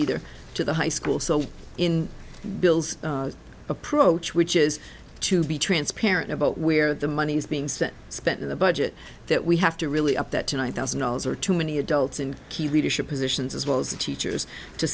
either to the high school so in bill's approach which is to be transparent about where the money's being spent spent in the budget that we have to really up that to nine thousand dollars are too many adults in key leadership positions as well as the teachers to